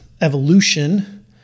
evolution